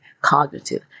cognitive